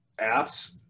Apps